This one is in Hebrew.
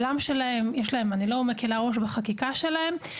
אני לא מקלה ראש בחקיקה שלהם,